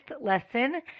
lesson